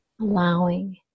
Allowing